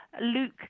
luke